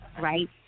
right